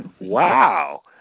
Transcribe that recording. wow